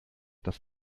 das